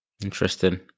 Interesting